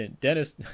dennis